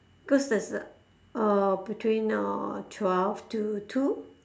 cause there is a uh between uh twelve to two